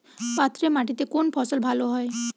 পাথরে মাটিতে কোন ফসল ভালো হয়?